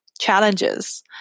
challenges